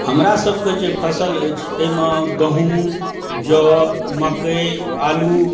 हमरा सबके जे फसल अछि ताहिमे गहूँम जौ मकइ आलू